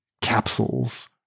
capsules